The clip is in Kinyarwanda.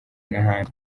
n’ahandi